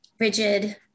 rigid